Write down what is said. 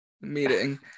meeting